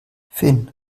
finn